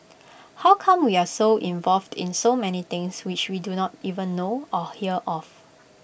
how come we are involved in so many things which we do not even know or hear of